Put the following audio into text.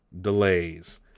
delays